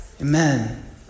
Amen